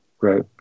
Right